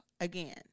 again